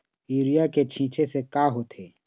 Urea के छींचे से का होथे?